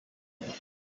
بود